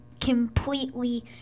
completely